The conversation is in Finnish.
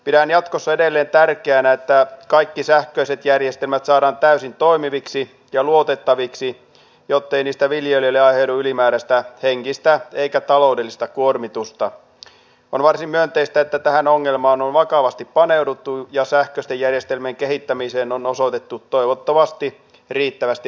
pidän jatkossa edelleen tärkeänä että kaikki sähköiset järjestelmät saadaan täysin toimiviksi ja luotettaviksi jottei niistä viljelijöille aiheudu ylimääräistä henkistä eikä taloudellista kuormitusta on varsin myönteistä että tähän ongelmaan vakavasti paneuduttu ja sähköstä järjestelmän kehittämiseen on osoitettu toivottavasti riittävästi